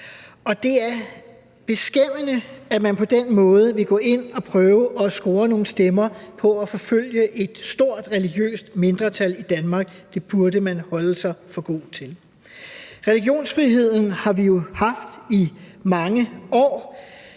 Og det er beskæmmende, at man på den måde vil gå ind og prøve at score nogle stemmer på at forfølge et stort religiøst mindretal i Danmark – det burde man holde sig for god til. Religionsfriheden har vi jo haft i mange år.